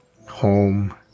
home